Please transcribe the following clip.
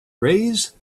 raise